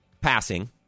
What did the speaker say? Passing